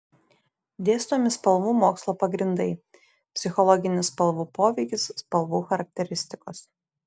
dėstomi spalvų mokslo pagrindai psichologinis spalvų poveikis spalvų charakteristikos